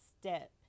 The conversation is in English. step